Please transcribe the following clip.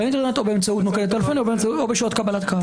האינטרנט או באמצעות המוקד הטלפוני או בשעות קבלת קהל.